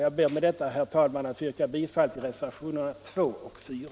Jag ber med detta, herr talman, att få yrka bifall till reservationerna 2 och 4.